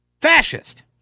fascist